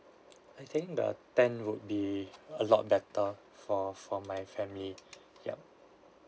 I think the ten would be a lot better for for my family ya